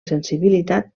sensibilitat